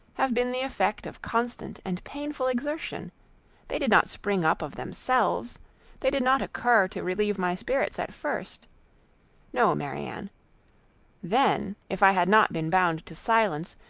have been the effect of constant and painful exertion they did not spring up of themselves they did not occur to relieve my spirits at first no, marianne then, if i had not been bound to silence,